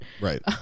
Right